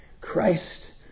Christ